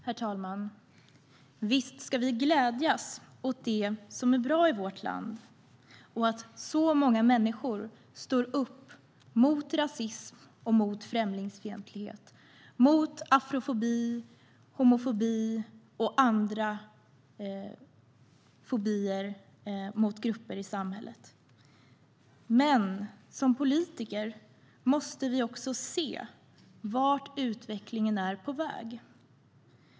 Herr talman! Visst ska vi glädjas åt det som är bra i vårt land och att så många människor står upp mot rasism och främlingsfientlighet, mot afrofobi, homofobi och andra fobier mot grupper i samhället. Men som politiker måste vi också se vart utvecklingen är på väg.